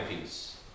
peace